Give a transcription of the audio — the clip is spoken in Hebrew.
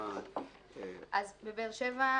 אז בבאר שבע,